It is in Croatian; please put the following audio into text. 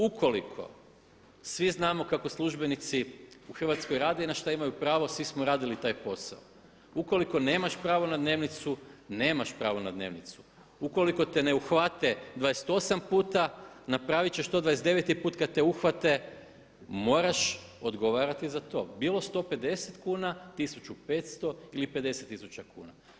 Ukoliko, svi znamo kako službenici u Hrvatskoj rade i na šta imaju pravo, svi smo radili taj posao, ukoliko nemaš pravo na dnevnicu, nemaš pravo na dnevnicu, ukoliko te ne uhvate 28 puta napravit će to 29. put kada te uhvate moraš odgovarati za to, bilo 150 kuna, 1.500 ili 50 tisuća kuna.